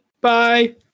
bye